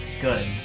good